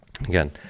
again